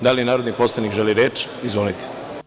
Da li narodni poslanik želi reč? (Da.) Izvolite.